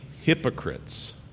hypocrites